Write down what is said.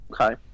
Okay